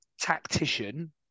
tactician